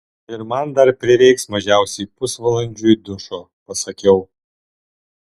ir man dar prireiks mažiausiai pusvalandžiui dušo pasakiau